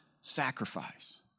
sacrifice